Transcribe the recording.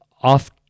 off